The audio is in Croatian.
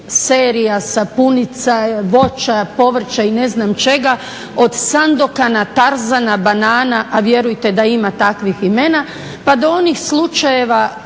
serija, sapunica, voća, povrća i ne znam čega, od Sandokana, Tarzana, banana, a vjerujte da ima takvih imena, pa do onih slučajeve